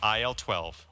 IL-12